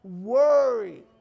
worry